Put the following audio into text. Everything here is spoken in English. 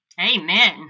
Amen